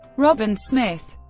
robin smith,